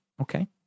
okay